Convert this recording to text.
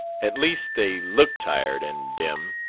at least they looked tired and dim.